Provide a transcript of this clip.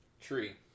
Tree